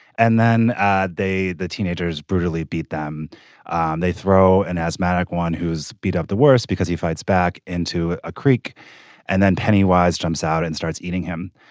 and then they the teenagers brutally beat them and they throw an asthmatic one who is beat up the worst because he fights back into a creek and then pennywise jumps out and starts eating him.